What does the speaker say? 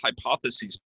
hypotheses